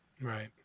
Right